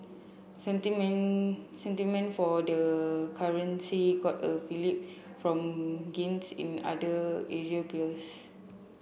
sentiment sentiment for the currency got a fillip from gains in other Asian peers